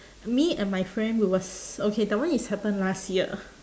me and my friend we was okay that one is happen last year